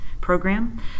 Program